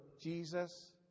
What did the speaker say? Jesus